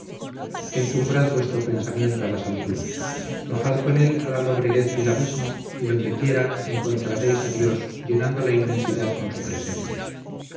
encumbrad vuestro pensamiento a las alturas bajad con él a la lobreguez del abismo y dondequiera encontraréis a dios llenando la inmensidad con su presencia